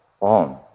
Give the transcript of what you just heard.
on